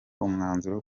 umwanzuro